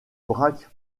braque